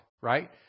right